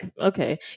okay